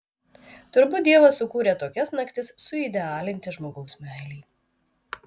turbūt dievas sukūrė tokias naktis suidealinti žmogaus meilei